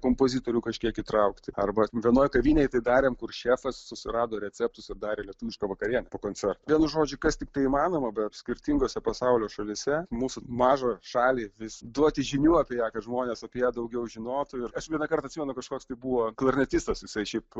kompozitorių kažkiek įtraukti arba vienoj kavinėj tai darėm kur šefas susirado receptus jisai darė lietuvišką vakarienę po koncerto vienu žodžiu kas tiktai įmanoma bet skirtingose pasaulio šalyse mūsų mažą šalį vis duoti žinių apie ją kad žmonės apie ją daugiau žinotų ir aš vienąkart atsimenu kažkoks tai buvo klarnetistas jisai šiaip